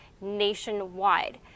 nationwide